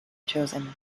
chosen